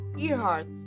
Earhart